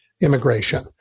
immigration